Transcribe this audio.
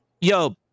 Yo